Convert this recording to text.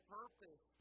purpose